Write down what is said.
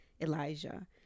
elijah